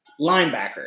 linebacker